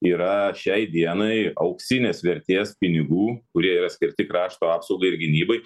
yra šiai dienai auksinės vertės pinigų kurie yra skirti krašto apsaugai ir gynybai